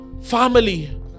family